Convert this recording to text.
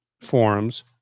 forums